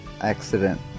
accident